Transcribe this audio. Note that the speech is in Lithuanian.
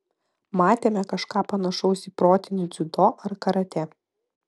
matėme kažką panašaus į protinį dziudo ar karatė